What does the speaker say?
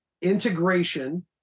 integration